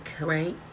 right